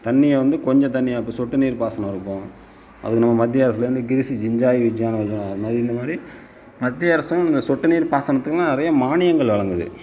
தண்ணியை வந்து கொஞ்சம் தண்ணியை இப்போ சொட்டு நீர் பாசனம் இருக்கும் அப்புறம் நம்ம மத்திய அரசுலேருந்து இந்த மாதிரி மத்திய அரசும் இந்த சொட்டு நீர் பாசனத்துக்கெலாம் நிறைய மானியங்கள் வழங்குது